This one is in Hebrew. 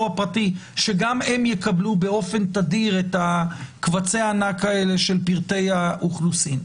הפרטי שגם הם יקבלו באופן תדיר את קבצי הענק האלה של פרטי האוכלוסין.